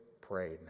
prayed